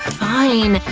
fine.